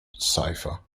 cipher